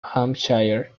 hampshire